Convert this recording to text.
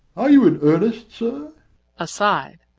are you in earnest, sir aside.